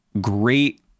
great